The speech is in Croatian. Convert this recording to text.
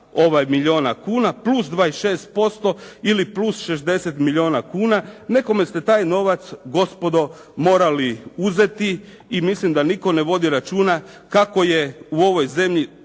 292 milijuna kuna plus 26% ili plus 60 milijuna kuna. Nekome ste taj novac gospodo morali uzeti i mislim da nitko ne vodi računa kako je u ovoj zemlji